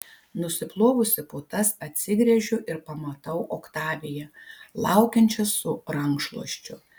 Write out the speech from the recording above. nusiplovusi putas atsigręžiu ir pamatau oktaviją laukiančią su rankšluosčiu